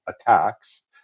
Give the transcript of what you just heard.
attacks